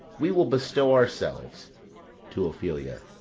we will bestow ourselves to ophelia.